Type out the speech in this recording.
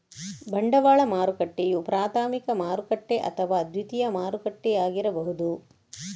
ಬಂಡವಾಳ ಮಾರುಕಟ್ಟೆಯು ಪ್ರಾಥಮಿಕ ಮಾರುಕಟ್ಟೆ ಅಥವಾ ದ್ವಿತೀಯ ಮಾರುಕಟ್ಟೆಯಾಗಿರಬಹುದು